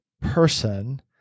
person